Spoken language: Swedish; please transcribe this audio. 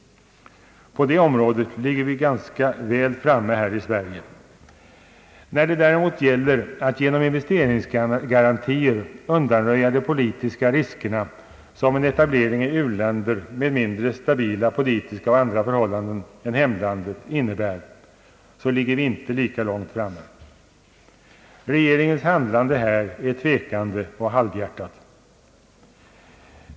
På det området ligger vi ganska väl framme här i Sverige. När det däremot gäller att genom investeringsgarantier undanröja de politiska risker som etablering i u-länder med mindre stabila politiska och andra förhållanden än hemlandets innebär, ligger vi inte lika långt framme. Regeringens handlande här är tvekande och halvhjärtat.